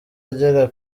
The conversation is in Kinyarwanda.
agera